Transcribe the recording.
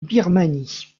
birmanie